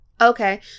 Okay